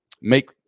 make